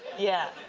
yeah.